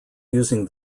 using